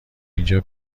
اینجا